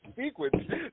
sequence